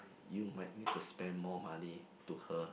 you might need to spend more money to her